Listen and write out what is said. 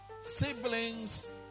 siblings